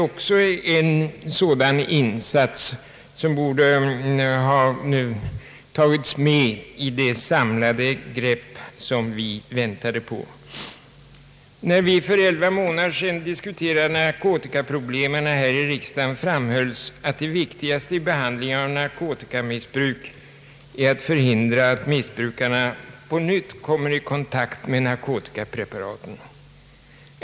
Även denna insats borde ha tagits med i det samlade grepp som vi väntade på. När vi för elva månader sedan diskuterade narkotikaproblemet här i riksdagen framhölls att det viktigaste vid behandlingen av narkotikamissbrukare är att förhindra att dessa på nytt kommer i kontakt med narkotikapreparat.